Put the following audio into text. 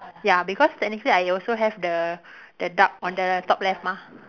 ya because technically I also have the the duck on the top left mah